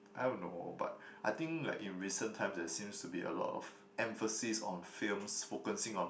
I don't know but I think like in recent times there seems to be a lot of emphasis on films focusing on